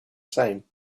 same